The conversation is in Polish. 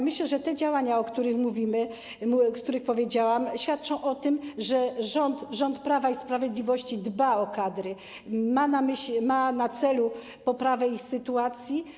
Myślę, że te działania, o których mówimy, o których powiedziałam, świadczą o tym, że rząd Prawa i Sprawiedliwości dba o kadry, ma na celu poprawę ich sytuacji.